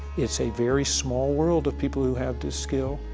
it's a very small world of people who had this skill,